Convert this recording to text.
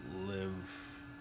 live